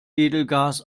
edelgas